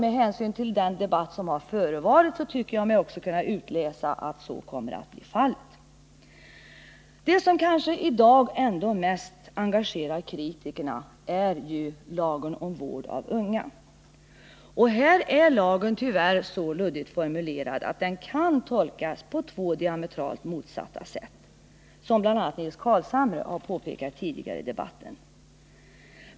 Av den debatt som förevarit tycker jag mig kunna utläsa att de nuvarande vårdmöjligheterna kommer att ersättas med andra sådana. Det som i dag kanske mest engagerar kritikerna är lagen om vård av unga. Lagförslaget är tyvärr så luddigt formulerat att det kan tolkas på två diametralt motsatta sätt, som bl.a. Nils Carlshamre påpekat tidigare i debatten.